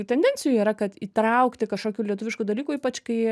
tendencijų yra kad įtraukti kažkokių lietuviškų dalykų ypač kai